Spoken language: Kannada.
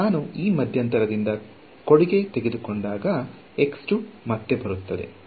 ನಾನು ಈ ಮಧ್ಯಂತರದಿಂದ ಕೊಡುಗೆ ತೆಗೆದುಕೊಂಡಾಗ ಮತ್ತೆ ಬರುತ್ತದೆ